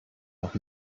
noch